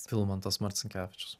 vilmantas marcinkevičius